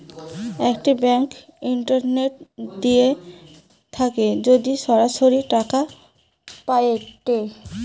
একটি bank internet দিয়ে থাকে যদি সরাসরি টাকা পায়েটে